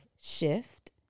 shift